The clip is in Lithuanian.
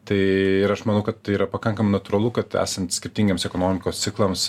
tai ir aš manau kad tai yra pakankam natūralu kad esant skirtingiems ekonomikos ciklams